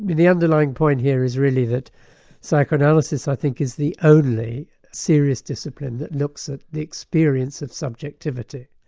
the the underlying point here is really that psychoanalysis i think is the only serious discipline that looks at the experience of subjectivity,